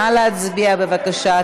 נא להצביע, בבקשה.